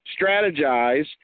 strategize